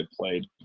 played